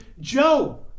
Joe